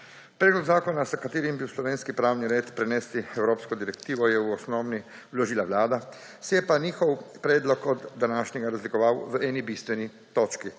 Predlog zakona, s katerim bi v slovenski pravni red prenesli evropsko direktivo, je v osnovi vložila Vlada, se je pa njihov predlog od današnjega razlikoval v eni bistveni točki.